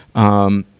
um,